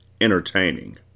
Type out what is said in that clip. entertaining